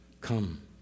Come